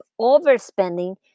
overspending